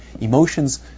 emotions